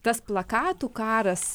tas plakatų karas